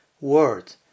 word